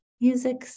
music